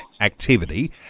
activity